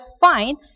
fine